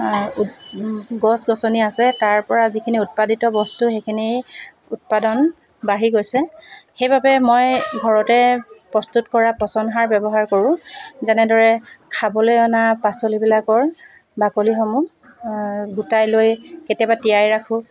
গছ গছনি আছে তাৰপৰা যিখিনি উৎপাদিত বস্তু সেইখিনি উৎপাদন বাঢ়ি গৈছে সেইবাবে মই ঘৰতে প্ৰস্তুত কৰা পচন সাৰ ব্যৱহাৰ কৰোঁ যেনেদৰে খাবলৈ অনা পাচলিবিলাকৰ বাকলিসমূহ গোটাই লৈ কেতিয়াবা তিয়াই ৰাখোঁ